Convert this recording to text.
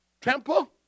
temple